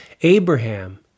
Abraham